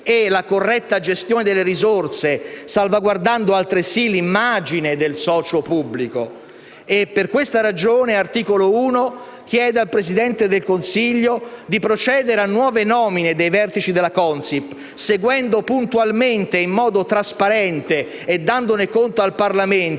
e la corretta gestione delle risorse, salvaguardando altresì l'immagine del socio pubblico. Per questa ragione, Articolo 1 chiede al Presidente del Consiglio di procedere a nuove nomine dei vertici della Consip, seguendo puntualmente e in modo trasparente, e dandone conto al Parlamento,